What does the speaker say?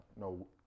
no